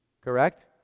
Correct